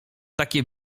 takie